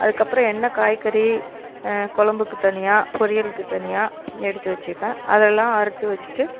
அதுக்கு அப்புறம் என்ன காய்கறி குழம்புக்கு தனியாக பொரியலுக்கு தனியாக எடுத்து வச்சிப்பேன் அதெல்லாம் அறுத்து வச்சிட்டு